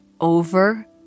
over